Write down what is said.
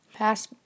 Pass